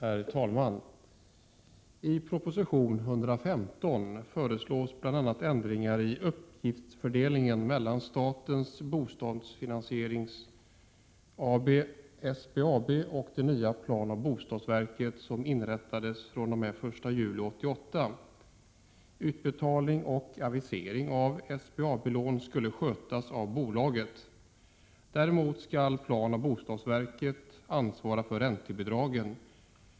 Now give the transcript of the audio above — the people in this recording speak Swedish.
Herr talman! I proposition 115 föreslås bl.a. ändringar i uppgiftsfördelningen mellan Statens Bostadsfinansieringsaktiebolag, SBAB, och det nya planoch bostadsverket som inrättas fr.o.m. 1 juli 1988. Utbetalning och avisering av SBAB-lån skall skötas av bolaget. Däremot skall planoch bostadsverket ansvara för räntebidragen.